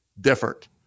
different